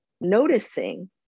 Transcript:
noticing